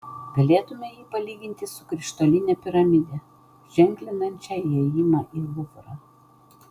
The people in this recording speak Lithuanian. galėtumėme jį palyginti su krištoline piramide ženklinančia įėjimą į luvrą